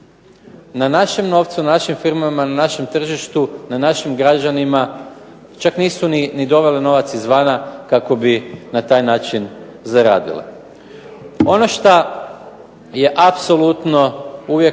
na našem novcu, na našim firmama, na našem tržištu, na našim građanima čak nisu ni doveli novac izvana kako bi na taj način zaradile. Ono što je apsolutno uvijek